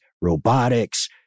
robotics